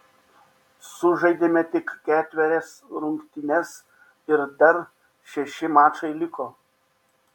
sužaidėme tik ketverias rungtynes ir dar šeši mačai liko